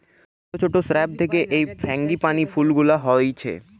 ছোট ছোট শ্রাব থিকে এই ফ্রাঙ্গিপানি ফুল গুলা হচ্ছে